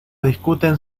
discuten